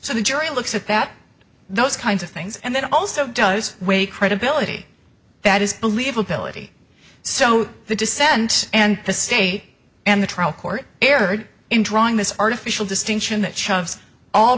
so the jury looks at that those kinds of things and then also does weigh credibility that is believe ability so the dissent and the state and the trial court erred in drawing this artificial distinction that shoves all